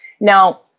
now